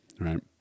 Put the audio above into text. right